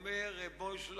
ואז הוא אומר: מוישל,